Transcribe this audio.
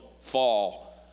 fall